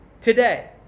today